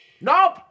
Nope